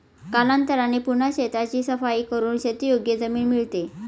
कालांतराने पुन्हा शेताची सफाई करून शेतीयोग्य जमीन मिळते